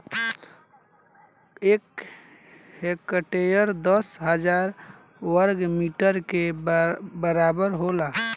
एक हेक्टेयर दस हजार वर्ग मीटर के बराबर होला